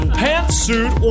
pantsuit